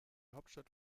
hauptstadt